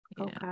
okay